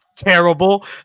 Terrible